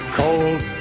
cold